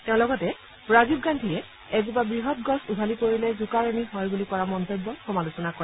তেওঁ লগতে ৰাজীৱ গান্ধীয়ে এডাল বৃহৎ গছ উভালি পৰিলে জোকাৰণি হয় বুলি কৰা মন্তব্যৰ সমালোচনা কৰে